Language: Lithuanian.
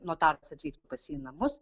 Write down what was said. notaras atvyktų pas jį į namus